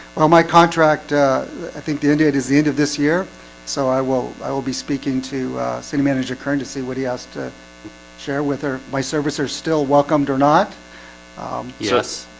well my contract i think the indeed is the end of this year so i will i will be speaking to city manager kern to see what he has to share with her. my service are still welcomed or not yes,